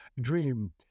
Dream